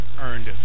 earned